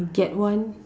get one